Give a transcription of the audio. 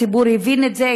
הציבור הבין את זה,